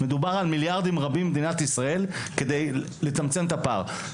מדובר על מיליארדים רבים במדינת ישראל כדי לצמצם את הפער,